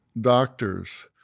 doctors